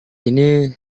ini